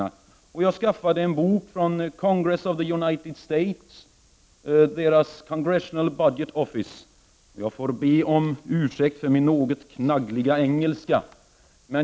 Jag har därför skaffat en bok från Congress of the United States, Congressional Budget Office. Jag får be om ursäkt för min något knaggliga engelska.